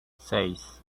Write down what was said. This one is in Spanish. seis